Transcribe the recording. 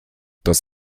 das